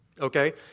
Okay